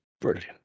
brilliant